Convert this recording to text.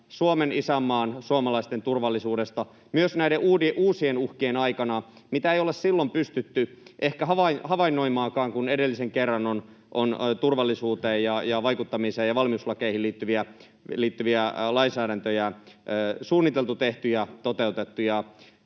Suomen, isänmaan, suomalaisten turvallisuudesta myös näiden uusien uhkien aikana, mitä ei ole pystytty ehkä havainnoimaankaan silloin, kun edellisen kerran on turvallisuuteen ja vaikuttamiseen ja valmiuslakeihin liittyviä lainsäädäntöjä suunniteltu, tehty ja toteutettu.